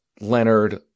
Leonard